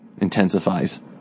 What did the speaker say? intensifies